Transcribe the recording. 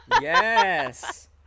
Yes